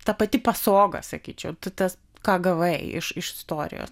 ta pati pasoga sakyčiau tas ką gavai iš istorijos